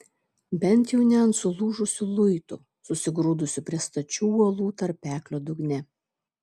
bent jau ne ant sulūžusių luitų susigrūdusių prie stačių uolų tarpeklio dugne